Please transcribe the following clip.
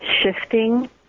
shifting